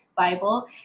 bible